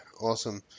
Awesome